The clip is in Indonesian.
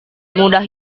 mudah